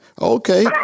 Okay